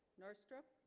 north strip